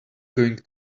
going